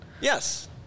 Yes